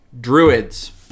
Druids